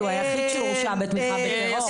כי הוא היחיד שהורשע בתמיכה בטרור.